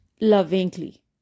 lovingly